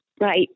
right